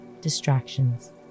distractions